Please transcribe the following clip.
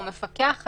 הוא מפקח עליה.